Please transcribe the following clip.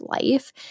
life